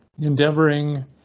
endeavoring